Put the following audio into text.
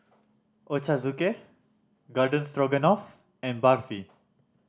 Ochazuke Garden Stroganoff and Barfi